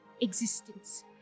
existence